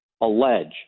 allege